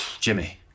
Jimmy